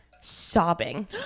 sobbing